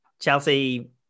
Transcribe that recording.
Chelsea